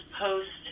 post